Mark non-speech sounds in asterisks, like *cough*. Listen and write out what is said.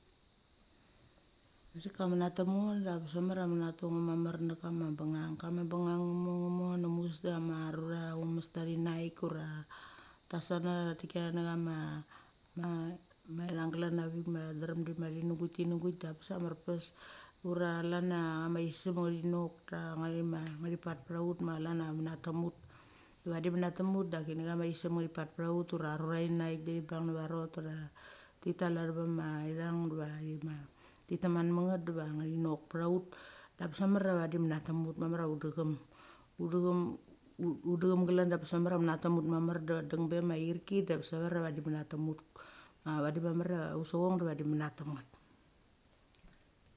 Asika menatem ngo da bes mamar ia mentem ngo mamar nekena bengang kama bengang *unintelligible* mucheves da chama rua ma amusta thi naik ura ta sana tikino na ma ithang glan na vik ma tha drem ti nugueik tanugueik da bes a mar pes. Ura chlan ia isim ngithinok da ngithi pat pa ut ma chlan ia mena tem mut. Diva vadi menatem mut da kini chama isim ngithi pat pa ut ra rura thi naik di thi bang nava rot ura, thi tal achevama ithang diva thi talava ithang dava nga thi nokpth ut de bes mamar ia vadi manatem ut. Mamar chudechem *unintelligible* glan da bes mamar mentem ut mamar da deng be ma erki da bes mamar vadi mentem ut, da dusochong de vadi mentem nget.